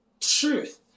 truth